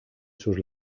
sus